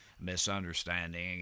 misunderstanding